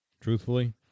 truthfully